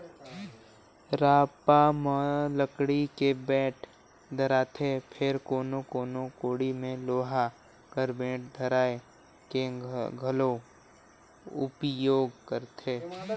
रापा म लकड़ी के बेठ धराएथे फेर कोनो कोनो कोड़ी मे लोहा कर बेठ धराए के घलो उपियोग करथे